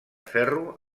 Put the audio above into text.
ferro